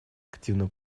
активно